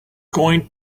going